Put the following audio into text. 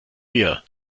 wir